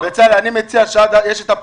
אני מבקש שנעשה את ההעברה כי היא חשובה וטובה,